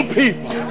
people